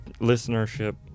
listenership